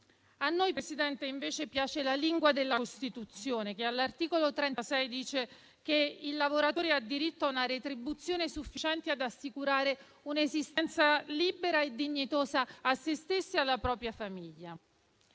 signor Presidente, piace invece la lingua della Costituzione, che all'articolo 36 dice che il lavoratore ha diritto a una retribuzione sufficiente ad assicurare un'esistenza libera e dignitosa a se stesso e alla propria famiglia.